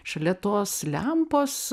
šalia tos lempos